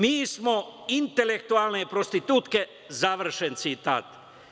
Mi smo intelektualne prostitutke“, završen citat.